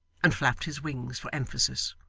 and flapped his wings for emphasis.